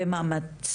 ומאמץ,